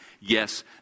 yes